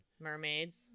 Mermaids